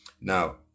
Now